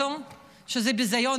שברור שזה ביזיון.